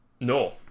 No